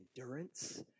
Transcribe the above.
endurance